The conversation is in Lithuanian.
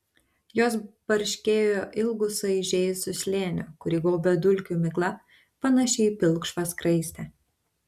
jos barškėjo ilgu suaižėjusiu slėniu kurį gaubė dulkių migla panaši į pilkšvą skraistę